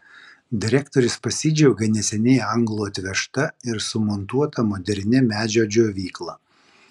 direktorius pasidžiaugė neseniai anglų atvežta ir sumontuota modernia medžio džiovykla